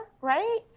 right